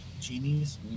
genies